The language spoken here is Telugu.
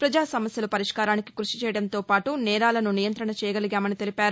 ప్రజా సమస్యలు పరిష్కారానికి కృషి చేయడంతో పాటు నేరాలను నియంత్రణ చేయగలిగామన్నారు